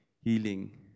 healing